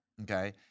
okay